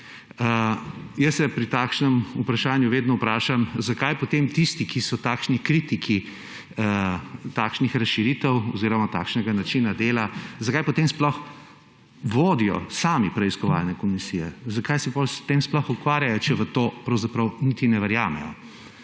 Jaz se pri takšnem vprašanju vedno vprašam, zakaj potem tisti, ki so takšni kritiki takšnih razširitev oziroma takšnega načina dela, sploh vodijo sami preiskovalne komisije. Zakaj se s tem sploh ukvarjajo, če v to pravzaprav niti ne verjamejo?